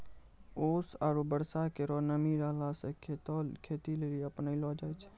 ओस आरु बर्षा केरो नमी रहला सें खेती लेलि अपनैलो जाय छै?